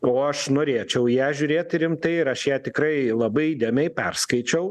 o aš norėčiau į ją žiūrėti rimtai ir aš ją tikrai labai įdėmiai perskaičiau